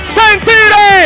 sentire